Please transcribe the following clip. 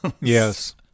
Yes